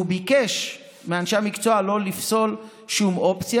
הוא ביקש מאנשי המקצוע לא לפסול שום אופציה.